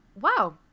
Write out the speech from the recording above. Wow